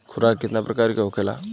खुराक केतना प्रकार के होखेला?